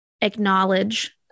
acknowledge